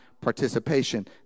participation